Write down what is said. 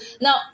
Now